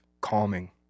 calming